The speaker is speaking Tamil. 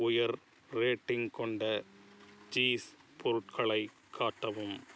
உயர் ரேட்டிங் கொண்ட சீஸ் பொருட்களை காட்டவும்